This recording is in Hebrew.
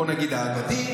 בוא נגיד האגדי,